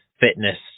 fitness